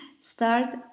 Start